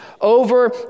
over